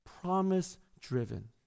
promise-driven